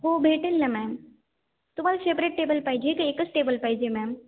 हो भेटेल ना मॅम तुम्हाला सेपरेट टेबल पाहिजे का एकच टेबल पाहिजे मॅम